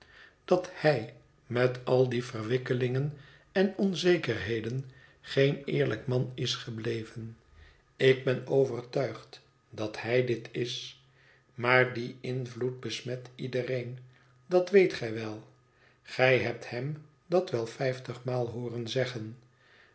dat hij met al die verwikkelingen en onzekerheden geen eerlijk man is gebleven ik ben overtuigd dat hij dit is maar die invloed besmet iedereen dat weet gij wel gij hebt hem dat wel vijftigmaal hooren zeggen